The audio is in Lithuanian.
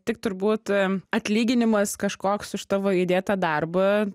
tik turbūt atlyginimas kažkoks už tavo įdėtą darbą